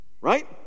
Right